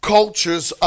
Cultures